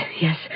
yes